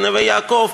ונווה-יעקב,